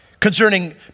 Concerning